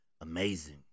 Amazing